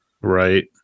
Right